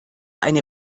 eine